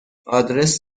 آدرس